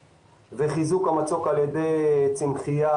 ובחיזוק המצוק על ידי צמחייה,